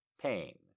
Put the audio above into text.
pain